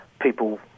people